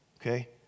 okay